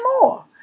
more